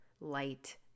light